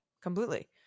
completely